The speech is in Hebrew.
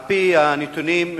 על-פי הנתונים,